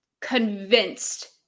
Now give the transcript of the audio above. convinced